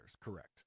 correct